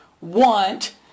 want